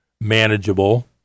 manageable